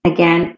Again